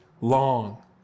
long